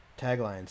taglines